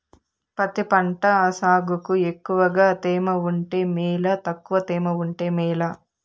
పత్తి పంట సాగుకు ఎక్కువగా తేమ ఉంటే మేలా తక్కువ తేమ ఉంటే మేలా?